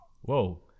Whoa